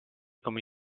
come